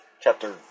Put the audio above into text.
chapter